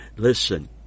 Listen